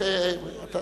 אוי ואבוי,